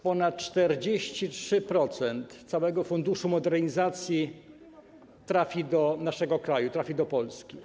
Ponad 43% całego Funduszu Modernizacyjnego trafi do naszego kraju, trafi do Polski.